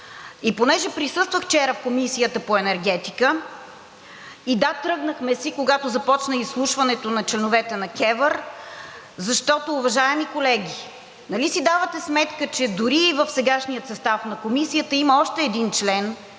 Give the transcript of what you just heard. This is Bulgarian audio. И понеже присъствах вчера в Комисията по енергетика, и да – тръгнахме си, когато започна изслушването на членовете на КЕВР, защото, уважаеми колеги, нали си давате сметка, че дори и в сегашния състав на Комисията има още един член,